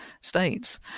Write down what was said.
states